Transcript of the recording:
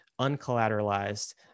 uncollateralized